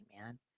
man